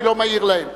אני לא מעיר להם.